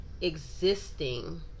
existing